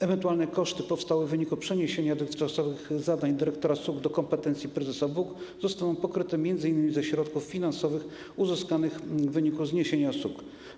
Ewentualne koszty powstałe w wyniku przeniesienia dotychczasowych zadań dyrektora SUG do kompetencji prezesa WUG zostaną pokryte m.in. ze środków finansowych uzyskanych w wyniku zniesienia SUG.